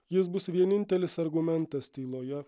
jis bus vienintelis argumentas tyloje